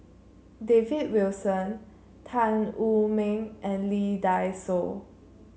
David Wilson Tan Wu Meng and Lee Dai Soh